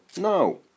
No